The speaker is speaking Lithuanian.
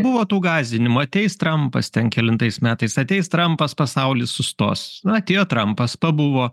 buvo tų gąsdinimų ateis trampas ten kelintais metais ateis trampas pasaulis sustos na atėjo trampas pabuvo